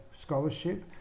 Scholarship